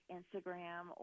Instagram